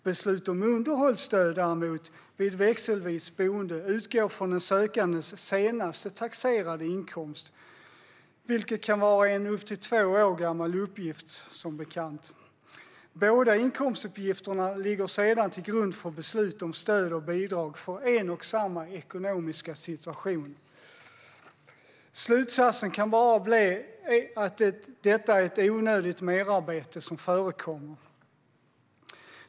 Beslut om underhållsstöd vid växelvist boende utgår däremot från den sökandes senaste taxerade inkomst, vilket som bekant kan vara en upp till två år gammal uppgift. Båda inkomstuppgifterna ligger sedan till grund för beslut om stöd och bidrag för en och samma ekonomiska situation. Slutsatsen kan bara bli att det är ett onödigt merarbete som förekommer.